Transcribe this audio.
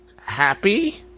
happy